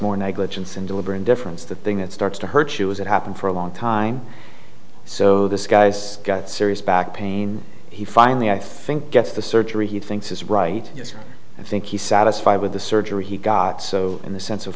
more negligence and deliberate indifference the thing that starts to hurt you is it happened for a long time so this guy's got serious back pain he finally i think gets the surgery he thinks is right yes i think he's satisfied with the surgery he got so in the sense of